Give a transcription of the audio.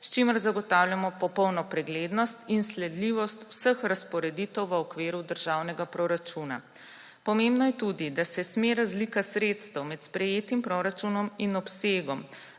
s čimer zagotavljamo popolno preglednost in sledljivost vseh razporeditev v okviru državnega proračuna. Pomembno je tudi, da se sme razlika sredstev med sprejetim proračunom in obsegom